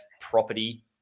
property